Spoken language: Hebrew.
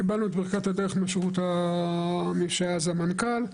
קיבלנו את ברכת הדרך ממי שאז היה המנכ"ל,